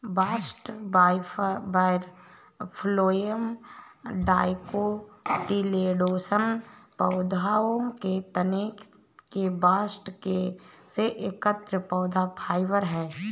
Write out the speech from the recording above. bast fibre phloem dicotyledonous पौधों के तने के बास्ट से एकत्र पौधा फाइबर है